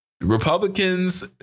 Republicans